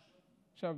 עכשיו,